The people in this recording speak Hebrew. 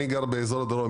ואני גר באזור הדרום,